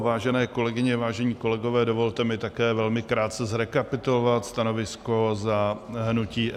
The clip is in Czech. Vážené kolegyně, vážení kolegové, dovolte mi také velmi krátce zrekapitulovat stanovisko za hnutí SPD.